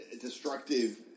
destructive